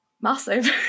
massive